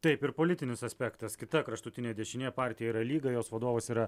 taip ir politinis aspektas kita kraštutinė dešinė partija yra lyga jos vadovas yra